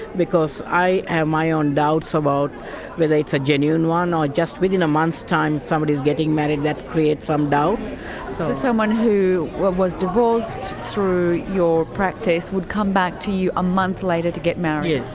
because i have my own doubts about a genuine one, or just within a month's time somebody is getting married, that creates some doubt. so someone who was divorced through your practice would come back to you a month later to get married.